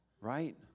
Right